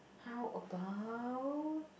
how about